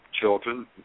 children